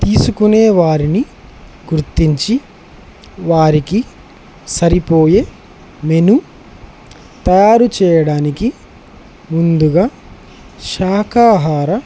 తీసుకునే వారిని గుర్తించి వారికి సరిపోయే మెను తయారు చేయడానికి ముందుగా శాకాహార